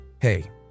hey